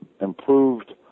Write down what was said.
improved